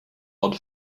odd